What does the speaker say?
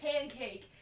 pancake